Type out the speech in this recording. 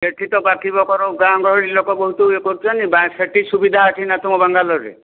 ଏଠି ତ ବାକି ବକର ଗାଁ ଗହଳି ଲୋକ ବହୁତ ଇଏ କରୁଛନ୍ତି ସେଠି ସୁବିଧା ଅଛି ନା ତୁମ ବାଙ୍ଗାଲୋରରେ